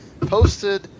posted